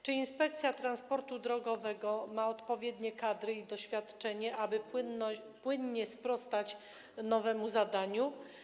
Czy Inspekcja Transportu Drogowego ma odpowiednie kadry i doświadczenie, aby płynnie sprostać nowemu zadaniu?